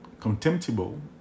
contemptible